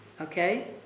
Okay